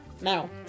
Now